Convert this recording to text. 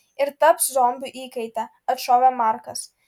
ir taps zombių įkaite atšovė markas